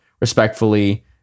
respectfully